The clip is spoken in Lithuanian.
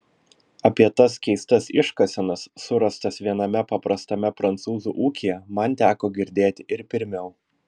apie tas keistas iškasenas surastas viename paprastame prancūzų ūkyje man teko girdėti ir pirmiau